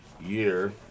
year